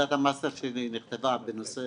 עבודת המאסטר שלי נכתבה בנושא